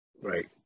Right